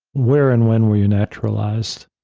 where and when were you naturalized?